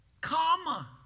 Comma